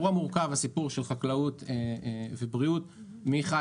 הסיפור של חקלאות ובריאות זה אירוע מורכב,